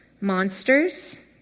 monsters